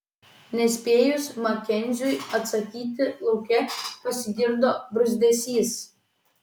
nespėjus makenziui atsakyti lauke pasigirdo bruzdesys